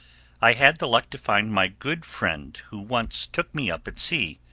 i had the luck to find my good friend who once took me up at sea.